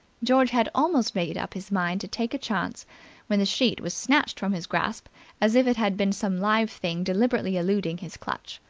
george had almost made up his mind to take a chance when the sheet was snatched from his grasp as if it had been some live thing deliberately eluding his clutch.